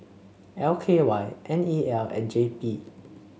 L K Y N E L and J P